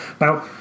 Now